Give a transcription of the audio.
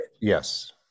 yes